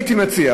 אני הייתי מציע,